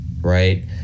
right